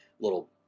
little